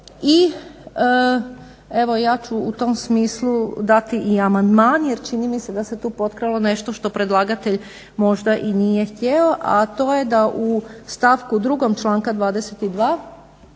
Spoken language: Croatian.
i evo ja ću u tom smislu dati i amandman jer čini mi se da se tu potkralo nešto što predlagatelj možda i nije htjeo, a to je da u stavku drugom članka 22.